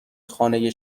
خانه